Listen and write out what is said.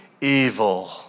evil